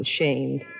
ashamed